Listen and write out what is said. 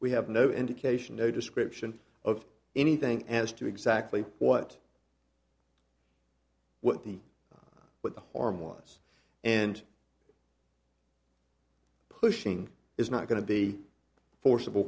we have no indication no description of anything as to exactly what what the what the harm was and pushing is not going to be forcible